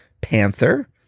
Panther